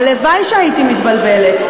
הלוואי שהייתי מתבלבלת.